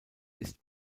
ist